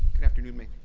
and afternoon, ma'am,